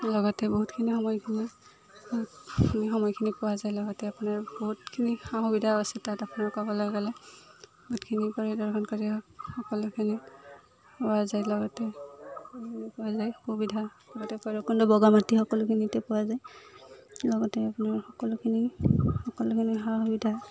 লগতে বহুতখিনি সময়খিনি আমি সময়খিনি পোৱা যায় লগতে আপোনাৰ বহুতখিনি সা সুবিধা আছেও তাত আপোনাৰ ক'বলৈ গ'লে বহুতখিনি পৰিদৰ্শন কৰি হওক সকলোখিনি পোৱা যায় লগতে পোৱা যায় সুবিধা লগতে ভৈৰৱকুণ্ড বগামাটি সকলোখিনিতে পোৱা যায় লগতে আপোনাৰ সকলোখিনি সকলোখিনি সা সুবিধা